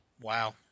Wow